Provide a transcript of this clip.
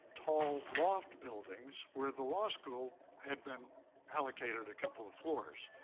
tall, loft buildings where the law school had been allocated a couple of floors.